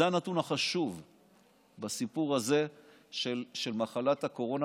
זה הנתון החשוב בסיפור הזה של מחלת הקורונה,